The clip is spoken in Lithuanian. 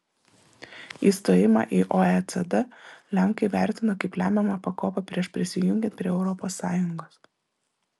įstojimą į oecd lenkai vertina kaip lemiamą pakopą prieš prisijungiant prie europos sąjungos